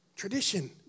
Tradition